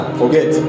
forget